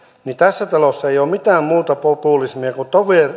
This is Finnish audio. niin tässä talossa ei ole mitään muuta populismia kuin